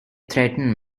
threaten